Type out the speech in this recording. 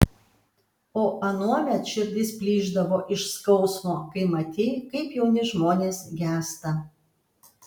o anuomet širdis plyšdavo iš skausmo kai matei kaip jauni žmonės gęsta